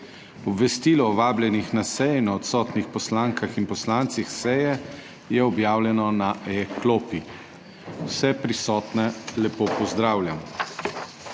Obvestilo o vabljenih na sejo in odsotnih poslankah in poslancih seje je objavljeno na e-klopi. Vse prisotne lepo pozdravljam!